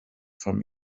vom